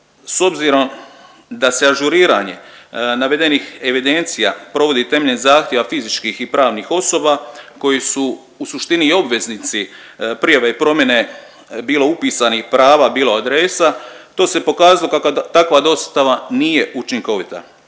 S obzirom da se ažuriranje navedenih evidencija provodi temeljem zahtjeva fizičkih i pravnih osoba koji su u suštini i obveznici prijave i promjene bilo upisanih prava, bilo adresa, to se pokazalo da takva dostava nije učinkovita.